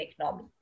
economy